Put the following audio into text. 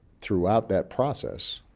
throughout that process,